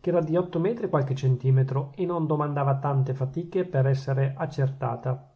che era di otto metri e qualche centimetro e non domandava tante fatiche per essere accertata